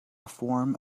form